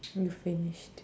we finished